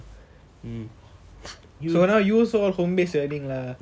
so now you also all home base learning lah